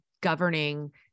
governing